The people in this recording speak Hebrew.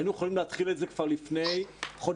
היינו יכולים להתחיל את זה כבר לפני חודשיים.